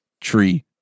tree